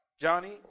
Johnny